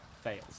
fails